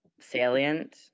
salient